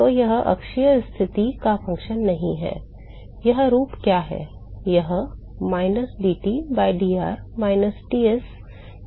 तो यह अक्षीय स्थिति का फ़ंक्शन नहीं है यह रूप क्या है यह minus dT by dr by Ts minus ™ क्या अनुपात है